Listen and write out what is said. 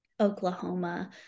Oklahoma